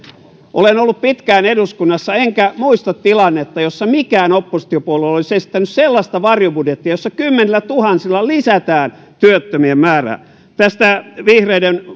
olen ollut pitkään eduskunnassa enkä muista tilannetta jossa mikään oppositiopuolue olisi esittänyt sellaista varjobudjettia jossa kymmenillätuhansilla lisätään työttömien määrää tästä vihreiden